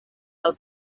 del